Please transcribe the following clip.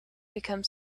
become